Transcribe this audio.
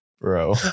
Bro